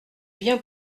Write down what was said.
bien